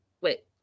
Wait